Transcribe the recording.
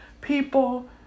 people